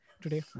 today